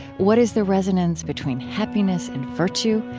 what is the resonance between happiness and virtue,